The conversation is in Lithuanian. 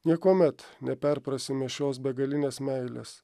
niekuomet neperprasime šios begalinės meilės